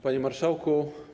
Panie Marszałku!